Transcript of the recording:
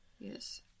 Yes